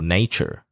Nature